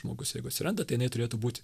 žmogus jeigu atsiranda tai jinai turėtų būt